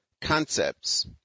concepts